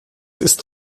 ist